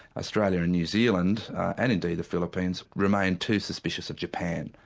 australia and new zealand and indeed the philippines remained too suspicious of japan.